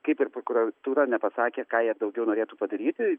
kaip ir prokuratūra nepasakė ką jie daugiau norėtų padaryti